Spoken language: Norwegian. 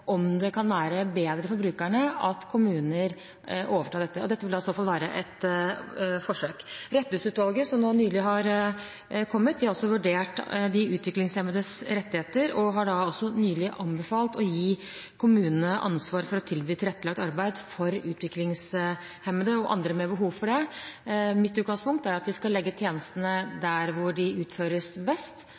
om det kan være bedre for brukerne at kommunene overtar dette. Det vil i så fall være et forsøk. Rettighetsutvalget som nylig har kommet med en utredning, har også vurdert de utviklingshemmedes rettigheter og har nylig anbefalt å gi kommunene ansvar for å tilby tilrettelagt arbeid for utviklingshemmede og andre med behov for det. Mitt utgangspunkt er at vi skal legge tjenestene der hvor de utføres best,